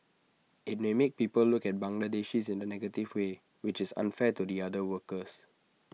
IT may make people look at Bangladeshis in A negative way which is unfair to the other workers